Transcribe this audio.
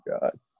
God